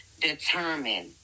determined